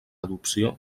adopció